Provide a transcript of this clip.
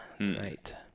tonight